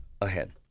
ahead